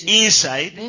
inside